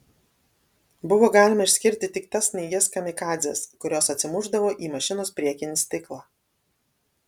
buvo galima išskirti tik tas snaiges kamikadzes kurios atsimušdavo į mašinos priekinį stiklą